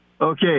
Okay